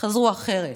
חזרו אחרת,